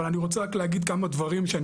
אבל אני רוצה רק להגיד כמה דברים שאני